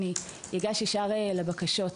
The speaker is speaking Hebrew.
אני אגש ישר לבקשות.